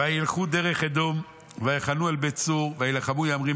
וילכו דרך אדום ויחנו על בית צור ויילחמו ימים רבים